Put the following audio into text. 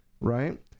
right